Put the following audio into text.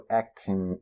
acting